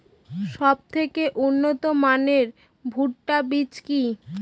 সবথেকে উন্নত মানের ভুট্টা বীজ কি?